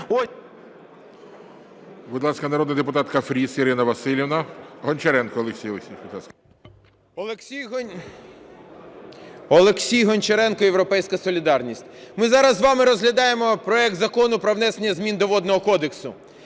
Олексій Гончаренко, "Європейська солідарність". Ми зараз з вами розглядаємо проект Закону про внесення змін до Водного кодексу,